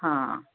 हां